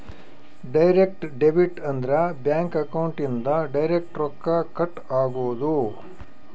direct debit ಅಂದ್ರ bank account ಇಂದ direct ರೊಕ್ಕ ಕಟ್ ಆಗೋದು